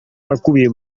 akubiye